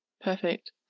Perfect